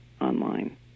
online